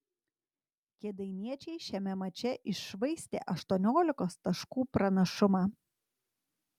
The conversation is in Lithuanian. kėdainiečiai šiame mače iššvaistė aštuoniolikos taškų pranašumą